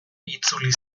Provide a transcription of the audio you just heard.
itzuli